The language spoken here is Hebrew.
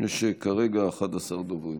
יש כרגע 11 דוברים,